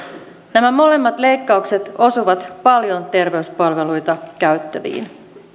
nämä molemmat leikkaukset osuvat paljon terveyspalveluja käyttäviin